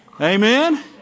Amen